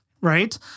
right